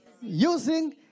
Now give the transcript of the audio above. Using